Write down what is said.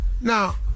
Now